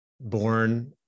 born